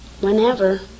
whenever